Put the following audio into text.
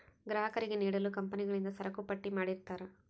ಗ್ರಾಹಕರಿಗೆ ನೀಡಲು ಕಂಪನಿಗಳಿಂದ ಸರಕುಪಟ್ಟಿ ಮಾಡಿರ್ತರಾ